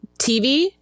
TV